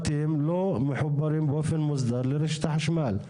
בתים לא מחוברים באופן מוסדר לרשת החשמל.